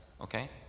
okay